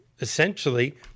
essentially